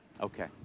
Okay